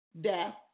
death